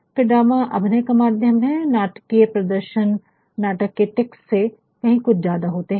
फिर ड्रामा अभिनय का माध्यम है नाटकीय प्रदर्शन नाटक के टेक्स्ट से कही कुछ ज्यादा होते है